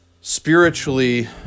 spiritually